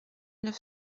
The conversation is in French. neuf